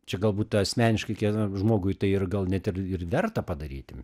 čia galbūt asmeniškai kiekvienam žmogui tai ir gal net ir verta padaryti